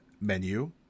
menu